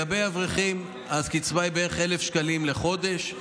לגבי אברכים, הקצבה היא בערך 1,000 שקלים לחודש.